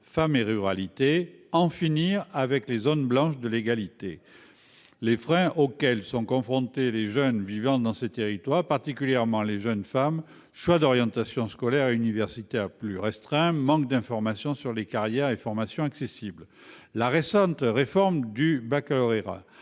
femmes, nous avions ainsi pointé dans notre rapport, intitulé, les freins auxquels sont confrontés les jeunes vivant dans ces territoires, particulièrement les jeunes femmes : choix d'orientation scolaire et universitaire plus restreints, manque d'informations sur les carrières et formations accessibles ... La récente réforme du baccalauréat